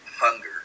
hunger